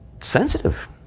sensitive